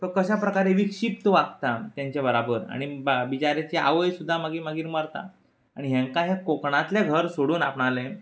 तो कशें प्रकारीत वागता तेंचे बराबर आनी बेचाऱ्याची आवय सुद्दां मागीर मागीर मरता आनी हेंकां हें कोंकणांतलें घर सोडून आपणालें